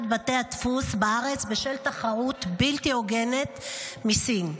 בתי הדפוס בארץ בשל תחרות בלתי הוגנת מסין.